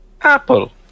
Apple